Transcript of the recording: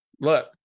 look